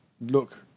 look